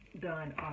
done